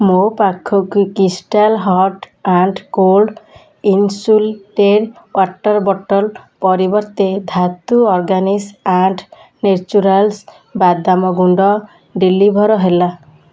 ମୋ ପାଖକୁ crystal hot and cold insulated water bottle ପରିବର୍ତ୍ତେ ଧାତୁ ଅର୍ଗାନିକ୍ସ୍ ଆଣ୍ଡ୍ ନେଚୁରାଲ୍ସ୍ ବାଦାମ ଗୁଣ୍ଡ ଡେଲିଭର୍ ହେଲା